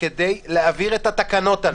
כדי להעביר את התקנות הללו,